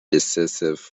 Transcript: decisive